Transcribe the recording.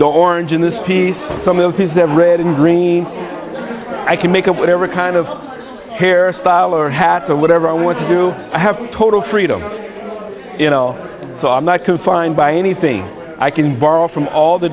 don't orange in this piece some of his that red and green i can make up whatever kind of hairstyle or hat or whatever i want to do i have total freedom you know so i'm not confined by anything i can borrow from all the